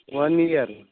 one year اچھا